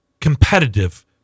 competitive